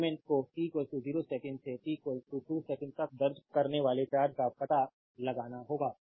तो एलिमेंट्स को t 0 second से t 2 सेकंड तक दर्ज करने वाले चार्ज का पता लगाना होगा